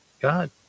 God